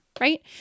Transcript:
right